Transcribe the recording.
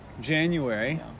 January